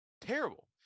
terrible